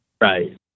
Right